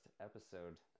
episode